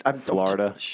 Florida